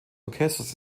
orchesters